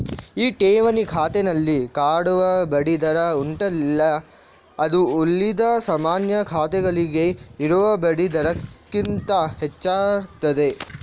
ಈ ಠೇವಣಿ ಖಾತೆನಲ್ಲಿ ಕೊಡುವ ಬಡ್ಡಿ ದರ ಉಂಟಲ್ಲ ಅದು ಉಳಿದ ಸಾಮಾನ್ಯ ಖಾತೆಗಳಿಗೆ ಇರುವ ಬಡ್ಡಿ ದರಕ್ಕಿಂತ ಹೆಚ್ಚಿರ್ತದೆ